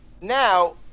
now